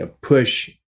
push